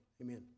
amen